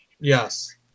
Yes